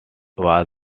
was